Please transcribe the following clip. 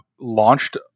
launched